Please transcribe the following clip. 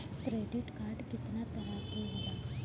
Credit card कितना तरह के होला?